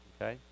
Okay